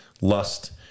lust